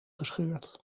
gescheurd